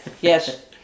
yes